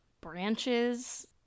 branches